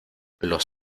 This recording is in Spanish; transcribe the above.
los